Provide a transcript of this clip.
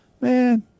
man